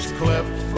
cleft